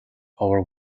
over